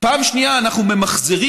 פעם שנייה אנחנו ממחזרים.